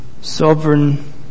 Sovereign